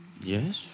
Yes